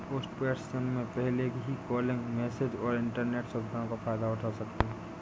postpaid SIM में पहले ही कॉलिंग, मैसेजस और इन्टरनेट सुविधाओं का फायदा उठा सकते हैं